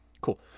cool